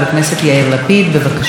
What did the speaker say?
בבקשה, אדוני.